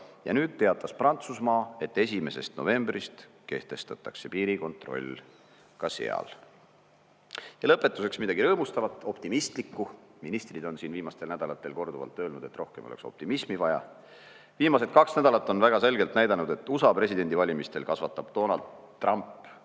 ja nüüd teatas Prantsusmaa, et 1. novembrist kehtestatakse piirikontroll ka seal. Ja lõpetuseks midagi rõõmustavat, optimistlikku. Ministrid on siin viimastel nädalatel korduvalt öelnud, et rohkem oleks optimismi vaja. Viimased kaks nädalat on väga selgelt näidanud, et USA presidendivalimistel kasvatab Donald Trump